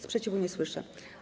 Sprzeciwu nie słyszę.